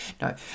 No